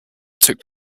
took